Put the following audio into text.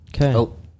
Okay